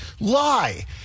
lie